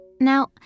Now